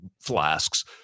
flasks